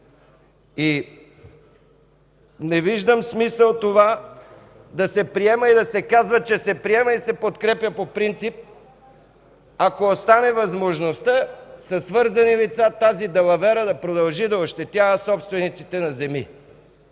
Не виждам смисъл това да се приема и да се казва, че се приема и подкрепя по принцип, ако остане възможността със свързани лица тази далавера да продължи да ощетява собствениците на земи.